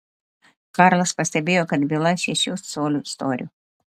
karlas pastebėjo kad byla šešių colių storio